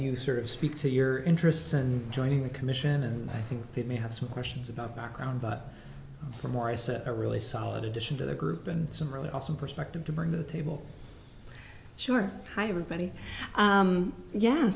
you sort of speak to your interests in joining the commission and i think it may have some questions about background but for more i said a really solid addition to the group and some really awesome perspective to bring to the table sure hi everybody yeah